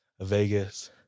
vegas